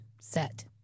set